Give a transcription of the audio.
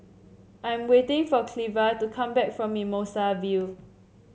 I am waiting for Cleva to come back from Mimosa View